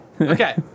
Okay